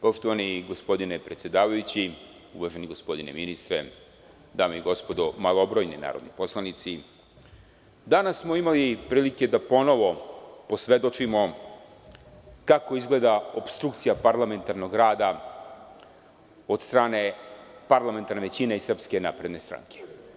Poštovani gospodine predsedavajući, uvaženi gospodine ministre, dame i gospodo malobrojni narodni poslanici, danas smo imali prilike da ponovo posvedočimo kako izgleda opstrukcija parlamentarnog rada od strane parlamentarne većine i SNS.